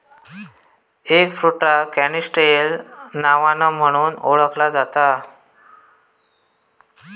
एगफ्रुटाक canistel नावान म्हणुन ओळखला जाता